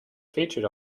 featured